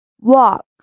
Walk